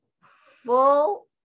full